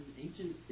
ancient